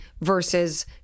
versus